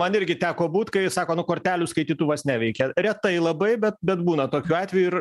man irgi teko būt kai sako nu kortelių skaitytuvas neveikė retai labai bet bet būna tokių atvejų ir